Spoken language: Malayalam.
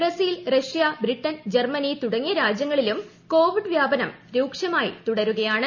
ബ്രസീൽ റഷ്യ ബ്രിട്ടൻ ജർമ്മനി തുടങ്ങിയ രാജൃങ്ങളിലും കോവിഡ് വൃാപനം രൂക്ഷമായി തുടരുകയാണ്